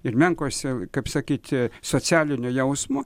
ir menkose kaip sakyti socialiniu jausmu